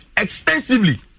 extensively